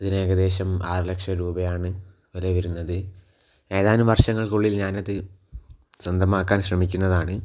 ഇതിനേകദേശം ആറ് ലക്ഷം രൂപയാണ് വില വരുന്നത് ഏതാനും വർഷങ്ങൾക്കുള്ളിൽ ഞാനത് സ്വന്തമാക്കാൻ ശ്രമിക്കുന്നതാണ്